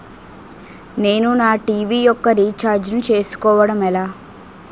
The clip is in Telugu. నేను నా టీ.వీ యెక్క రీఛార్జ్ ను చేసుకోవడం ఎలా?